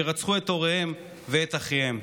שרצחו את הוריהן ואת אחיהן.